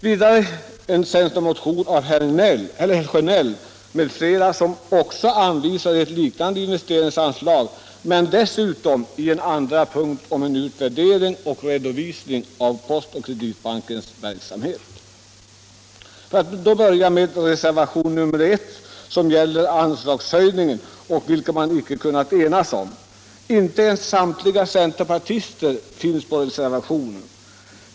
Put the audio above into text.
Vidare finns en centermotion av herr Sjönell m.fl., som föreslår ett liknande investeringsanslag men dessutom i en andra punkt begär en utvärdering och redovisning av PK-bankens verksamhet. Till utskottets betänkande har fogats två reservationer, och jag vill börja med reservationen 1, som gäller anslagshöjningen. Den reservationen har man icke kunnat enas om; inte ens samtliga centerpartister finns med bland reservanterna.